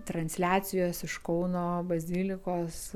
transliacijos iš kauno bazilikos